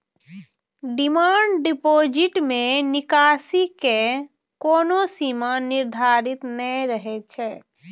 demand deposit मे निकासी के कोनो सीमा निर्धारित नै रहै छै